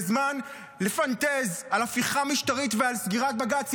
וזמן לפנטז על הפיכה משטרתית ועל סגירת בג"ץ,